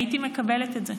הייתי מקבלת את זה.